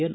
N